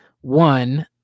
one –